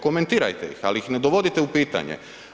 Komentirajte ih, ali ih ne dovodite u pitanje.